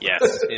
Yes